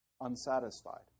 Unsatisfied